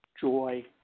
joy